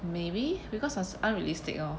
maybe because uns~ unrealistic lor